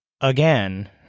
again